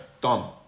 done